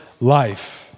life